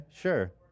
sure